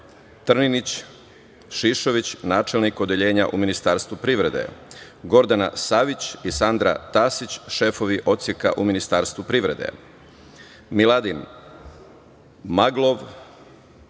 Trninić Šišović, načelnik odeljenja u Ministarstvu privrede, Gordana Savić i Sandra Tasić, šefovi odseka u Ministarstvu privrede, Miladin Maglov,